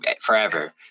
forever